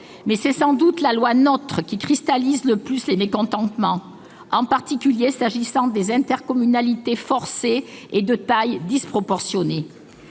Mais c'est sans doute la loi NOTRe qui cristallise le plus les mécontentements, en particulier s'agissant de la création forcée d'intercommunalités de taille disproportionnée.